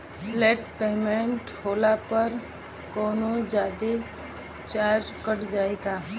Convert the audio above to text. Late payment होला पर कौनोजादे चार्ज कट जायी का?